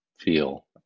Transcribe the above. feel